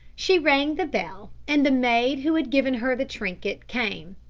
she rang the bell, and the maid who had given her the trinket came.